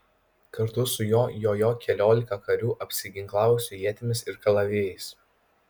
kartu su juo jojo keliolika karių apsiginklavusių ietimis ir kalavijais